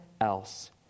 else